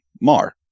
Mar